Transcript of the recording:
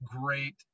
great